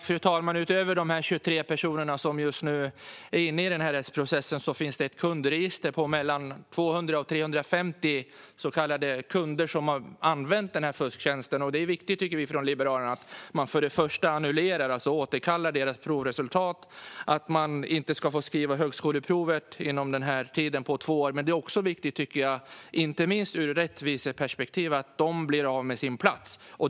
Fru talman! Utöver de 23 personer som just nu är inne i rättsprocessen finns det ett kundregister med mellan 200 och 350 så kallade kunder som har använt fusktjänsten. Vi i Liberalerna tycker att det är viktigt att man först och främst annullerar, alltså återkallar, deras provresultat, och att de inte ska få skriva högskoleprovet på två år. Det är också viktigt, inte minst ur ett rättviseperspektiv, att de blir av med sin plats.